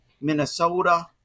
Minnesota